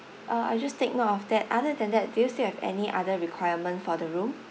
uh I'll just take note of that other than that do you still have any other requirement for the room